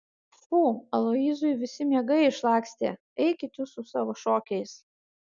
pfu aloyzui visi miegai išlakstė eikit jūs su savo šokiais